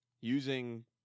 using